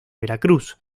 veracruz